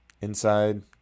Inside